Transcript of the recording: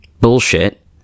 bullshit